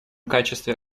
качестве